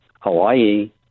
Hawaii